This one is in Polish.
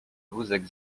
wózek